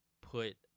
put